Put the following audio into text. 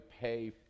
pay